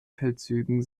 feldzügen